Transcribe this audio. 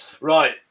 Right